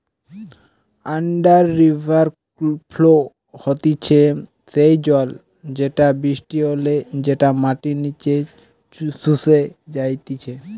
under river flow হতিছে সেই জল যেটা বৃষ্টি হলে যেটা মাটির নিচে শুষে যাইতিছে